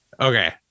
Okay